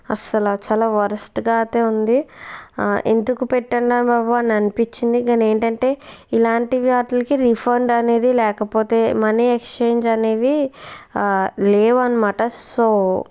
అస్సలా చాలా వరస్ట్ గా అయితే ఉంది ఎందుకు పెట్టానురా బాబు అని అనిపించింది కానీ ఏంటంటే ఇలాంటి వాటిలకి రిఫండ్ అనేది లేకపోతే మనీ ఎక్స్చేంజ్ అనేవి లేవు అనమాట సో